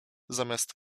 zamiast